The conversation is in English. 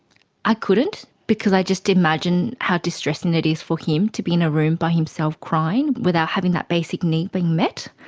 i couldn't because i just imagine how distressing it is for him to be in a room by himself crying without having that basic need being met.